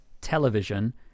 television